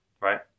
right